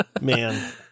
Man